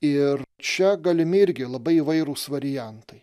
ir čia galimi irgi labai įvairūs variantai